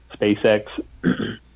SpaceX